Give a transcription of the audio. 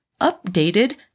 updated